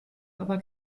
aber